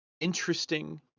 interesting